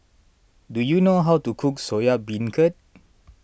do you know how to cook Soya Beancurd